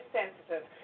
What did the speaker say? sensitive